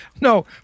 No